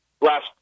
last